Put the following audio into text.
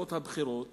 לתוצאות הבחירות